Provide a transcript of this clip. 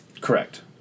Correct